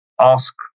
ask